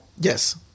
Yes